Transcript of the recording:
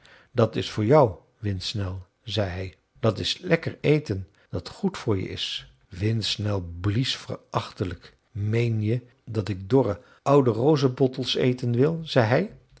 dat is voor jou windsnel zei hij dat is lekker eten dat goed voor je is windsnel blies verachtelijk meen je dat ik dorre oude rozebottels eten wil zei